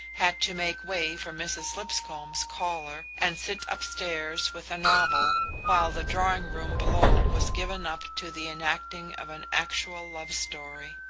had to make way for mrs. lipscomb's caller, and sit upstairs with a novel while the drawing-room below was given up to the enacting of an actual love-story.